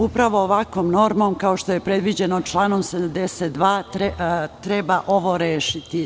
Upravo ovakvom normom kao što je predviđeno članom 72. treba ovo rešiti.